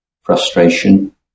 frustration